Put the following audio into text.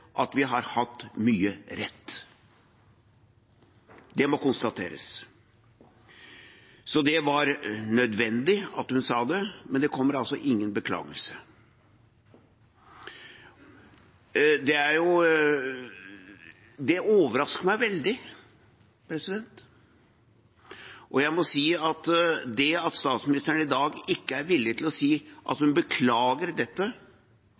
at vi har hatt mye rett. Det må konstateres. Det var nødvendig at hun sa det, men det kommer altså ingen beklagelse. Det overrasker meg veldig, og jeg må si at det at statsministeren i dag ikke er villig til å si at hun beklager dette,